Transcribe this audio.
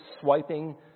swiping